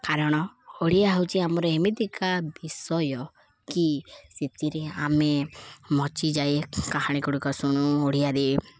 କାରଣ ଓଡ଼ିଆ ହେଉଛି ଆମର ଏମିତିକା ବିଷୟ କି ସେଥିରେ ଆମେ ମଜିଯାଇ କାହାଣୀ ଗୁଡ଼ିକ ଶୁଣୁ ଓଡ଼ିଆରେ